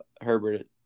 Herbert